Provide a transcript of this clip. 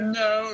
no